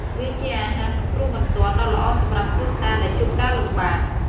វាជាអាហារសង្គ្រោះបន្ទាន់ដ៏ល្អសម្រាប់គ្រួសារដែលជួបការលំបាក។